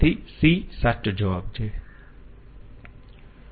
તેથી c સાચો જવાબ છે